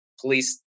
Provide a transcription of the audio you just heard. Police